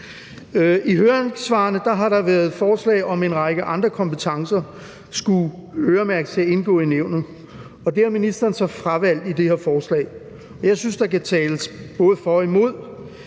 I høringssvarene har der været forslag om, at en række andre kompetencer skulle øremærkes til at indgå i nævnet, og det har ministeren så fravalgt i det her forslag. Jeg synes, der kan tales både for og imod.